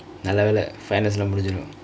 நல்ல வேல:nalla vela finals முடின்ஜுரும்:mudinjurum